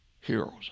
Heroes